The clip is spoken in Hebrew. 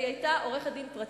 והיא היתה עורכת-דין פרטית,